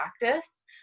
practice